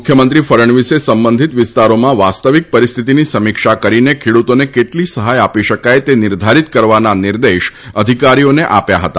મુખ્યમંત્રી ફડણવીસે સંબંધીત વિસ્તારોમાં વાસ્તવિક પરિસ્થિતિની સમીક્ષા કરીને ખેડૂતોને કેટલી સહાય આપી શકાય તે નિર્ધારીત કરવાના નિર્દેશ અધિકારીઓને આપ્યા હતા